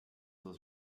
was